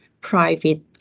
private